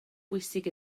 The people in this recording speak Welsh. bwysig